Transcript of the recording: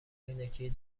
عینکی